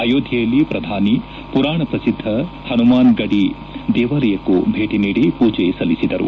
ಅಯೋಧ್ಯೆಯಲ್ಲಿ ಪ್ರಧಾನಿ ಪುರಾಣ ಪ್ರಸಿದ್ದ ಹನುಮಾನ್ಗಡಿ ದೇಗುಲಕ್ಕೂ ಭೇಟಿ ನೀಡಿ ಪೂಜೆ ಸಲ್ಲಿಸಿದರು